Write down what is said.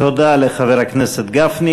תודה לחבר הכנסת גפני.